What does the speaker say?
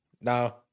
No